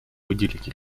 выделить